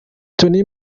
tony